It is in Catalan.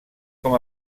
com